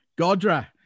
Godra